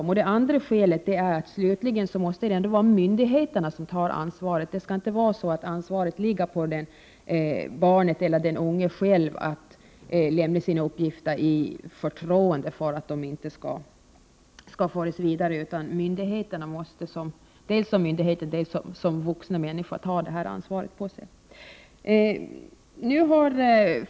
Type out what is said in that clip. För det andra måste det slutligen vara myndigheterna som tar ansvaret. Det kan inte vara så att ansvaret ligger på barnet eller den unge, utan de skall kunna lämna sina uppgifter i förtroende för att de inte skall föras vidare. Myndigheterna, alltså vuxna människor, måste ta det ansvaret.